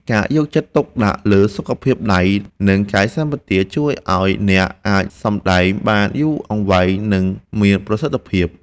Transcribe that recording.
ការយកចិត្តទុកដាក់លើសុខភាពដៃ និង កាយសម្បទាជួយឱ្យអ្នកអាចសម្តែងបានយូរអង្វែង និង មានប្រសិទ្ធភាព។